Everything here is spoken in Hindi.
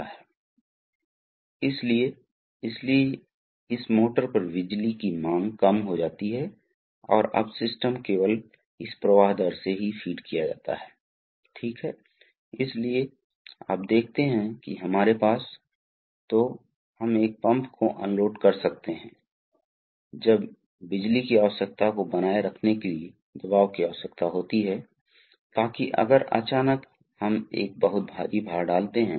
तो F x V P x Q इसलिए आप देखते हैं कि क्षेत्र चित्र में नहीं आता है इसलिए पावर समीकरण क्षेत्र चित्र में नहीं है और भले ही आप ऊर्जा को गुणा न गुणा करें आप कैसे गुणा कर सकते हैं इसलिए ऊर्जा एक समान है एक पंप के लिए जैसा कि हम जानते हैं कि एक पंप एक निश्चित दर से तरल प्रवाह करता है आयतनात्मक प्रवाह दर और एक निश्चित दबाव पर पंप उत्पादन पावर P x Q है